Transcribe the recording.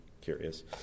curious